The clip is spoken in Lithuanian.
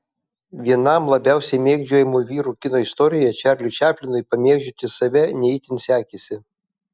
vienam labiausiai mėgdžiojamų vyrų kino istorijoje čarliui čaplinui pamėgdžioti save ne itin sekėsi